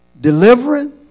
delivering